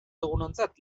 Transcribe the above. dugunontzat